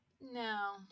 No